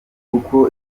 uko